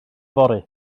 fory